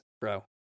bro